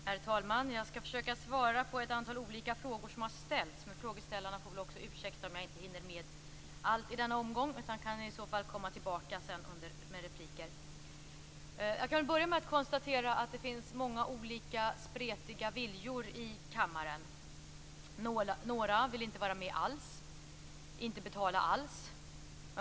Herr talman! Jag skall försöka svara på ett antal olika frågor som har ställts. Men frågeställarna får också ursäkta om jag inte hinner med allt i denna omgång. I så fall kan jag komma tillbaka i replikerna. Jag kan börja med att konstatera att det finns många olika, spretiga viljor i kammaren. Några vill inte vara med alls och inte betala alls.